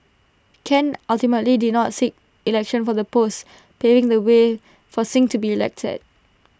Ken ultimately did not seek election for the post paving the way for Singh to be elected